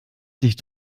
dich